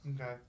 Okay